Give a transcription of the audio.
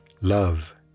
Love